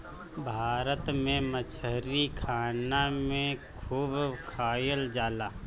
भारत में मछरी खाना में खूब खाएल जाला